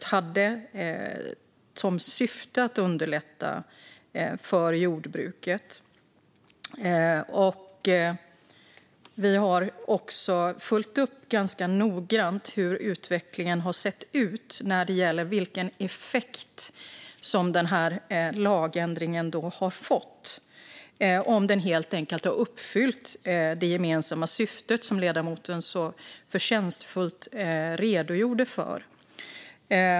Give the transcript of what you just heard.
Den hade som syfte att underlätta för jordbruket. Vi har ganska noggrant följt upp hur utvecklingen har sett ut och vilken effekt lagändringen har fått, alltså om den har uppfyllt det gemensamma syfte som ledamoten så förtjänstfullt redogjorde för.